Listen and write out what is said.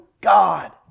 God